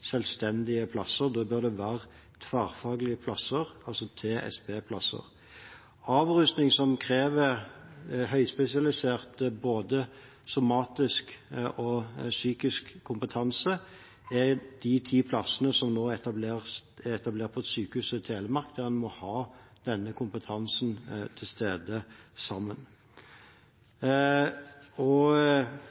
selvstendige plasser, da bør det være tverrfaglige plasser, altså TSB-plasser. De ti plassene som nå er etablert på Sykehuset Telemark, gjelder avrusning som krever høyspesialisert både somatisk og psykiatrisk kompetanse, der en må ha denne kompetansen til stede sammen.